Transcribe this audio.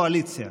לקואליציה.